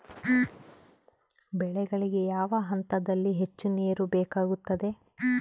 ಬೆಳೆಗಳಿಗೆ ಯಾವ ಹಂತದಲ್ಲಿ ಹೆಚ್ಚು ನೇರು ಬೇಕಾಗುತ್ತದೆ?